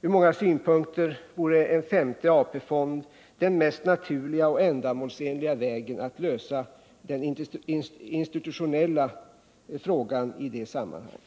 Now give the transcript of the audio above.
Från många synpunkter vore en femte AP-fond den mest naturliga och ändamålsenliga vägen att lösa den institutionella frågan i det sammanhanget.